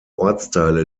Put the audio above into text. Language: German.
ortsteile